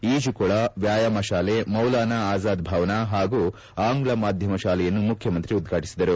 ಈಜುಕೊಳ ವ್ಯಾಯಾಮ ಶಾಲೆ ಮೌಲಾನಾ ಆಜಾದ್ ಭವನ ಹಾಗೂ ಆಂಗ್ಲ ಮಾಧ್ಯಮ ಶಾಲೆಯನ್ನು ಮುಖ್ಯಮಂತ್ರಿ ಉದ್ಘಾಟಿಸಿದರು